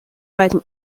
beiden